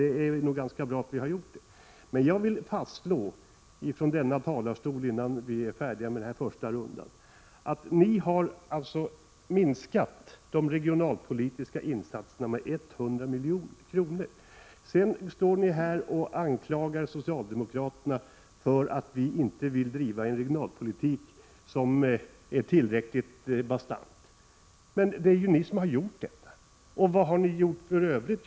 Det är nog ganska bra att vi har lyckats med detta. Innan vi är klara med den här första rundan vill jag från denna talarstol slå fast att ni har minskat de regionalpolitiska insatserna med 100 milj.kr. Sedan står ni här och anklagar socialdemokraterna för att vi inte vill bedriva en regionalpolitik som är tillräckligt bastant. Men det är ju ni som har åstadkommit detta. Vad har ni gjort för övrigt?